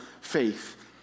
faith